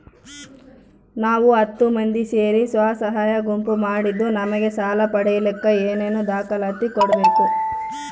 ನಾವು ಹತ್ತು ಮಂದಿ ಸೇರಿ ಸ್ವಸಹಾಯ ಗುಂಪು ಮಾಡಿದ್ದೂ ನಮಗೆ ಸಾಲ ಪಡೇಲಿಕ್ಕ ಏನೇನು ದಾಖಲಾತಿ ಕೊಡ್ಬೇಕು?